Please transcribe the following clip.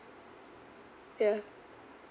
yeah